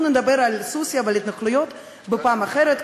אנחנו נדבר על סוסיא ועל התנחלויות בפעם אחרת,